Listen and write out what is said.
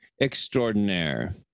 Extraordinaire